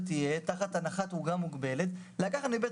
תחת הנחת עוגה מוגבלת המשמעות של זה תהיה לקחת מבית